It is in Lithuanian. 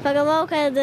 pagalvojau kad